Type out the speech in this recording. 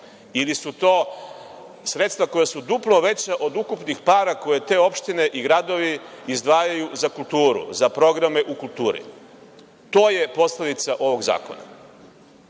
ili su to sredstva koja su duplo veća od ukupnih para koje te opštine i gradovi izdvajaju za kulturu, za programe u kulturi. To je posledica ovog zakona.